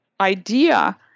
idea